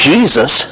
Jesus